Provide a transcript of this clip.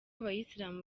abayisilamu